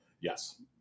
Yes